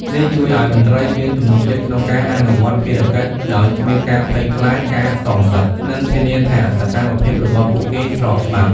នេះជួយឲ្យមន្ត្រីមានទំនុកចិត្តក្នុងការអនុវត្តភារកិច្ចដោយគ្មានការភ័យខ្លាចការសងសឹក និងធានាថាសកម្មភាពរបស់ពួកគេស្របច្បាប់។